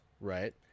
Right